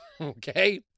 okay